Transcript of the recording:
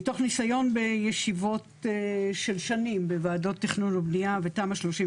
מתוך ניסיון בישיבות של שנים בוועדות תכנון ובנייה ותמ"א 38,